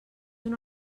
una